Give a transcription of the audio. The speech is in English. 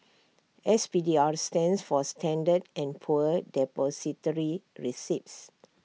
S P D R stands for standard and poor Depository receipts